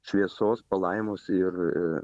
šviesos palaimos ir